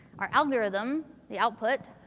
our algorithm, the output,